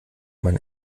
mein